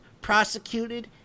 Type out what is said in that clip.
prosecuted